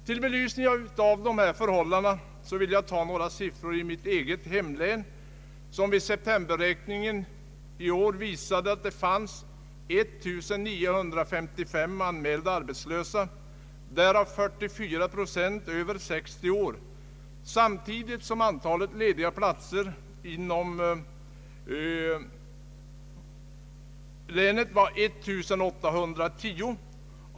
Till belysning av detta förhållande vill jag anföra några siffror från mitt eget hemlän, som vid septemberräkningen visade att det fanns 1955 anmälda arbetslösa, därav 44 procent över 60 år, samtidigt som antalet lediga platser inom länet var 1810.